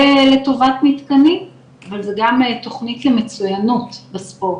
לטובת מתקנים אבל זה גם תוכנית למצוינות בספורט,